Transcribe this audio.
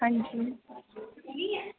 हांजी